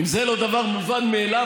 אם זה לא דבר מובן מאליו,